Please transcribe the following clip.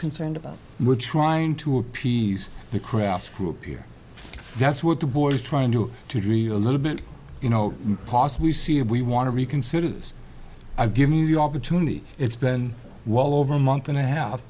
concerned about we're trying to appease the craft group here that's what the board is trying to read a little bit you know possibly see if we want to reconsider this i've given you opportunity it's been well over a month and a half